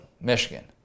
Michigan